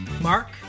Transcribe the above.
Mark